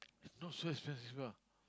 not so expensive ah